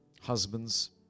Husbands